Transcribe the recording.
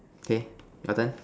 okay your turn